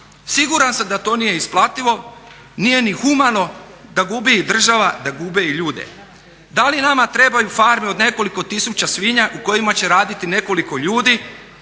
Siguran sam da to nije isplativo, nije ni humano da gubi i država, da gube i ljudi. Da li nama trebaju farme od nekoliko tisuća svinja u kojima će raditi nekoliko ljudi